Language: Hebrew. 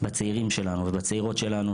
בצעירים שלנו ובצעירות שלנו,